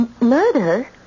murder